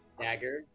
dagger